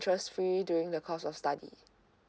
interest free during the course of study